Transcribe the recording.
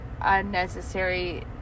unnecessary